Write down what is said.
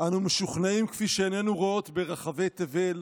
"אנו משוכנעים, כפי שעינינו רואות ברחבי תבל,